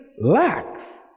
lacks